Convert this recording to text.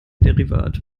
derivat